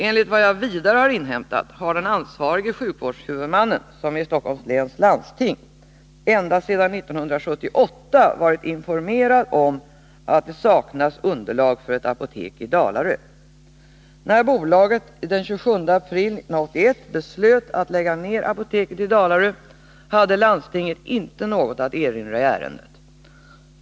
Enligt vad jag vidare har inhämtat har den ansvarige sjukvårdshuvudmannen, Stockholms läns landsting, ända sedan år 1978 varit informerad om att det saknas underlag för ett apotek i Dalarö. När Apoteksbolaget den 27 april 1981 beslöt att lägga ned apoteket i Dalarö hade landstinget inte något att erinra i ärendet.